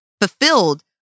fulfilled